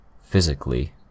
Physically